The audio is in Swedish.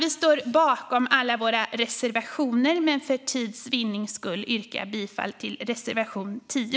Vi står bakom alla våra reservationer, men för tids vinning yrkar jag bifall endast till reservation 10.